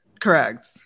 correct